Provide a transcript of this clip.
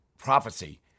Prophecy